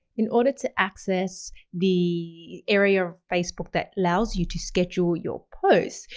in order to access the area of facebook that allows you to schedule your posts,